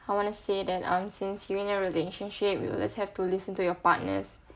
I want to say that um since you in a relationship you just have to listen to your partner